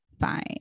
fine